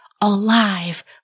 alive